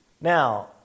Now